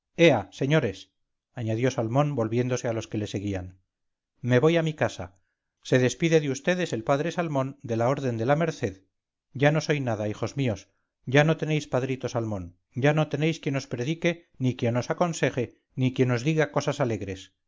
señores añadió salmón volviéndose a los que le seguían me voy a mi casa se despide de vds el padre salmón de la orden de la merced ya no soy nada hijos míos ya no tenéis padrito salmón ya no tenéis quien os predique ni quien os aconseje ni quien os diga cosas alegres